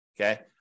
Okay